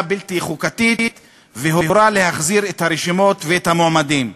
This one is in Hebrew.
בלתי חוקתית והורה להחזיר את הרשימות ואת המועמדים.